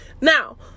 Now